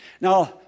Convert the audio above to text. Now